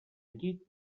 llit